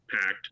packed